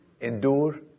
endure